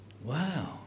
Wow